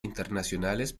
internacionales